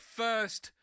first